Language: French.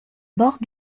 bords